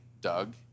Doug